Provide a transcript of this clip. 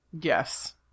Yes